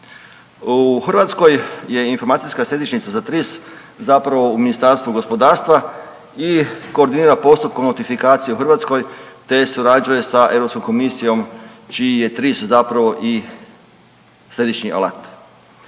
U Hrvatskoj je informacijska središnjica za TRIS zapravo u Ministarstvu gospodarstva i koordinira postupkom notifikacije u Hrvatskoj te surađuje sa Europskom komisijom čiji je TRIS zapravo i središnji alat.